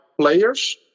players